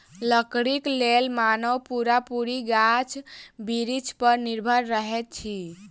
लकड़ीक लेल मानव पूरा पूरी गाछ बिरिछ पर निर्भर रहैत अछि